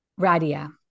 Radia